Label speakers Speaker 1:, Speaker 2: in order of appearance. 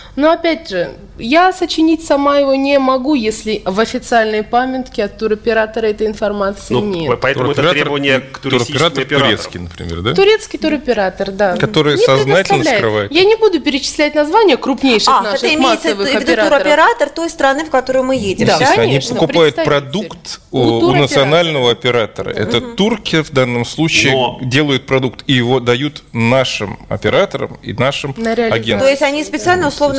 Speaker 1: Но опять же, я сочинить сама его не могу, если в официальной памятке от туроператора этой информации
Speaker 2: Ну,
Speaker 1: нет.
Speaker 2: п- поэтому это
Speaker 3: Туроператор-
Speaker 2: требование
Speaker 3: м,
Speaker 2: к туристическим
Speaker 3: туроператор
Speaker 2: операторам.
Speaker 3: турецкий, например, да?
Speaker 1: Турецкий туроператор, да.
Speaker 3: Мгм. Который
Speaker 1: Не
Speaker 3: сознательно
Speaker 1: предоставляет.
Speaker 3: скрывает.
Speaker 1: Я не буду перечислять названия крупнейших
Speaker 4: А, это
Speaker 1: наших
Speaker 4: имеется в
Speaker 1: массовых
Speaker 4: виду
Speaker 1: операторов.
Speaker 4: туроператор той страны, в которую мы едем.
Speaker 1: Да,
Speaker 3: Естественно, они
Speaker 1: конечно,
Speaker 3: покупают
Speaker 1: представитель.
Speaker 3: продукт
Speaker 1: У
Speaker 3: у- у
Speaker 1: туроператора.
Speaker 3: национального оператора. Это
Speaker 4: Мгм.
Speaker 3: турки в данном случае
Speaker 2: Но-
Speaker 3: делают продукт и его дают нашим операторам и нашим
Speaker 1: На
Speaker 3: агентам.
Speaker 1: реализацию,
Speaker 4: То есть они
Speaker 1: да.
Speaker 4: специально, условно